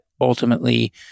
ultimately